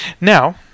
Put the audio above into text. Now